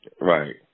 Right